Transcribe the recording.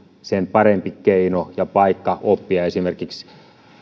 sen parempi keino ja paikka oppia esimerkiksi